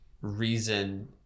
reason